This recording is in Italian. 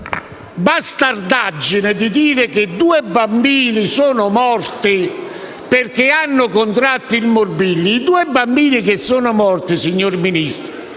bastardaggine dire che due bambini sono morti perché hanno contratto il morbillo: dei due bambini morti, signor Ministro